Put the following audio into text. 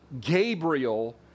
Gabriel